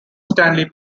stanley